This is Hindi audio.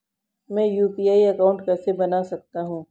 मैं यू.पी.आई अकाउंट कैसे बना सकता हूं?